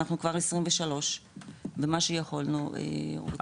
אנחנו כבר 23 ומה שיכולנו נוצל.